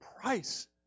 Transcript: price